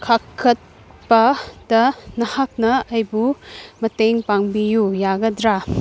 ꯀꯥꯈꯠꯄꯗ ꯅꯍꯥꯛꯅ ꯑꯩꯕꯨ ꯃꯇꯦꯡ ꯄꯥꯡꯕꯤꯎ ꯌꯥꯒꯗ꯭ꯔꯥ